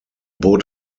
bot